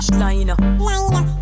liner